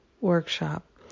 workshop